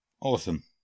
Awesome